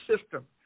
system